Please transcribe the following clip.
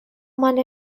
مال